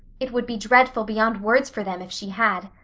it would be dreadful beyond words for them if she had.